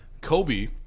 Kobe